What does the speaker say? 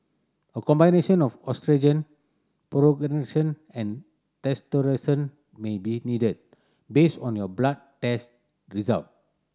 a combination of oestrogen and may be needed based on your blood test result